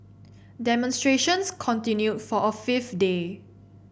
demonstrations continued for a fifth day